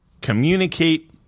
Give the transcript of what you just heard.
communicate